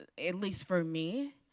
ah at least for me.